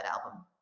album